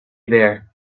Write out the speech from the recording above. there